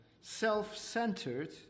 self-centered